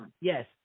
Yes